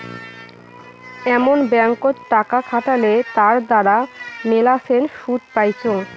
এমন ব্যাঙ্কত টাকা খাটালে তার দ্বারা মেলাছেন শুধ পাইচুঙ